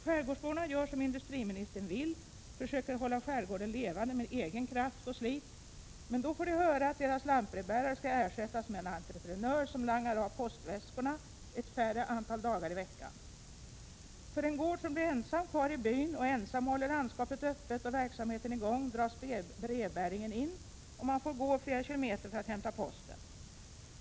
Skärgårdsborna gör som industriministern vill — försöker hålla skärgården levande med egen kraft och eget slit — men då får de höra att deras lantbrevbärare skall ersättas med en entreprenör, som langar av postväskorna färre antal dagar i veckan. För en gård som ensam blir kvar i byn och ensam håller landskapet öppet och verksamheten i gång dras brevbäringen in, och man får gå flera kilometer för att hämta posten.